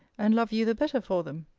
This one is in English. and love you the better for them?